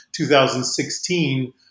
2016